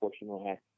Unfortunately